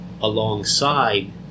alongside